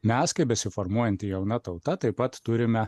mes kaip besiformuojanti jauna tauta taip pat turime